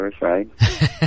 right